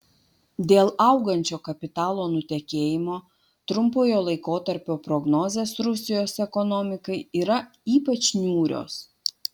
dėl augančio kapitalo nutekėjimo trumpojo laikotarpio prognozės rusijos ekonomikai yra ypač niūrios